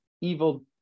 evil